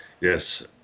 Yes